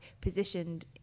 positioned